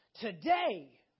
Today